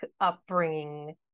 upbringing